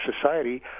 society